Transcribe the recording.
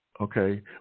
Okay